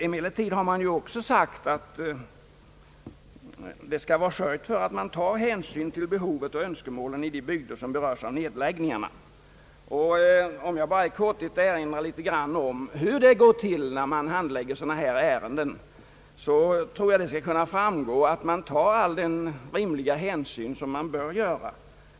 Emellertid har man också sagt att hänsyn skall tas till behovet och önskemålen i de bygder som berörs av nedläggningarna, och jag ber att i korthet få erinra om hur nedläggningsärendena handlägges — jag tror att det av den redogörelsen skall framgå att all rimlig hänsyn tas i sådana sammanhang.